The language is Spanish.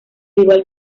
igual